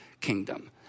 kingdom